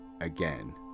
again